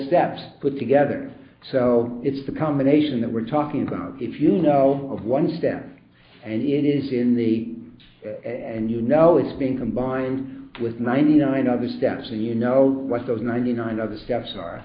steps put together so it's the combination that we're talking about if you know of one step and it is in the end you know it's being combined with ninety nine other steps when you know what those ninety nine other steps are